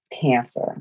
cancer